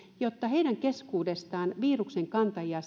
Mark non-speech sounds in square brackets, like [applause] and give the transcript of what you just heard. jotta heidän keskuudestaan saadaan esiin viruksen kantajia [unintelligible]